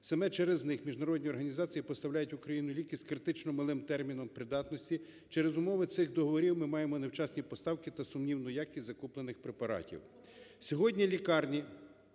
саме через них міжнародні організації поставляють в Україну ліки з критично малим терміном придатності. Через умови цих договорів ми маємо невчасні поставки та сумнівну якість закуплених препаратів. Сьогодні лікарні